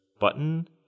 button